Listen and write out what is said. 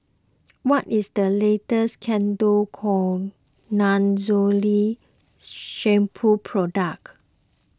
what is the latest Ketoconazole Shampoo product